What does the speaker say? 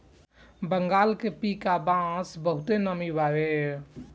बंगाल के पीका बांस बहुते नामी बावे